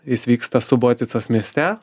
jis vyksta suboticos mieste